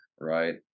right